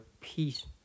peace